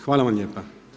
Hvala vam lijepa.